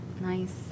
nice